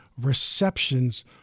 receptions